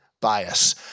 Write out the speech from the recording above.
bias